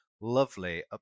lovely